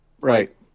Right